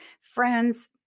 Friends